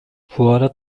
fuara